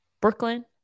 Brooklyn